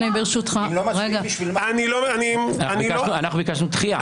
אנחנו ביקשנו דחייה.